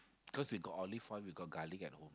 cause we got olive oil we got garlic at home